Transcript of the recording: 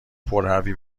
پرحرفی